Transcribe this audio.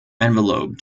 envelope